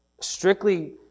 strictly